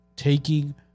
Taking